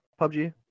PUBG